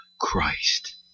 Christ